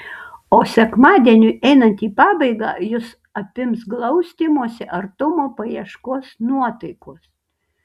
o sekmadieniui einant į pabaigą jus apims glaustymosi artumo paieškos nuotaikos